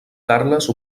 carles